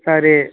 சரி